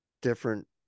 different